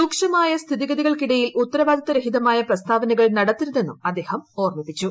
രൂക്ഷമായ സ്ഥിതിഗതികൾക്കിടയിൽ ഉത്തരവാദിത്തരഹിതമായ പ്രസ്താവനകൾ നടത്തരുതെന്നും അദ്ദേഹം ഓർമ്മപ്പെടുത്തി